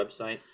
website